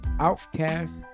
Outcast